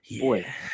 Boy